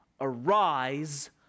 arise